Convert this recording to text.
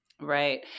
Right